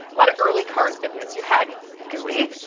lot of early cars did this. you had gui,